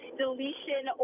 deletion